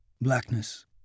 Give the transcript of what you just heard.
Blackness